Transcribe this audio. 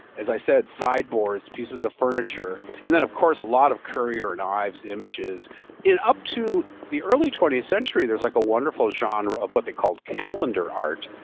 as i said sideboard, pieces of furniture. and then of course a lot of currier and ives images up to the early twentieth century, there's like a wonderful genre of what they called calendar art,